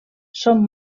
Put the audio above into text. són